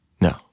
No